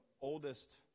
oldest